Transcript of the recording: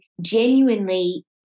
genuinely